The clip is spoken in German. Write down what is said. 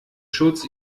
schutz